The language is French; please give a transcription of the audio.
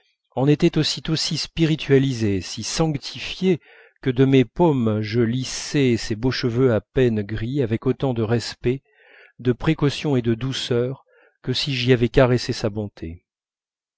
en était aussitôt si spiritualisé si sanctifié que de mes paumes je lissais ses beaux cheveux à peine gris avec autant de respect de précaution et de douceur que si j'y avais caressé sa bonté